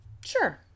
sure